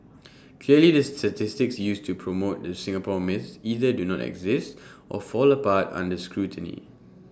clearly the statistics used to promote the Singapore myth either do not exist or fall apart under scrutiny